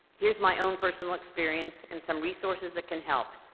here's my own personal experience and some resources that can help.